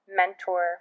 mentor